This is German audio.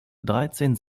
dreizehn